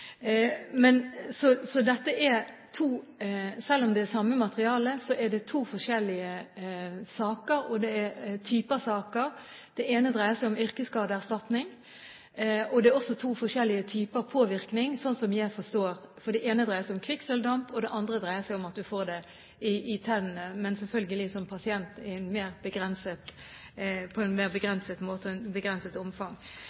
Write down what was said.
Selv om det er det samme materialet, er det to forskjellige typer saker – den ene dreier seg om yrkesskadeerstatning. Det er også to forskjellige typer påvirkning, slik jeg forstår det, for det ene dreier seg om kvikksølvdamp, og det andre dreier seg om at man får det i tennene som pasient, selvfølgelig på en mer begrenset måte og i et mer begrenset omfang. Jeg kan ikke trekke en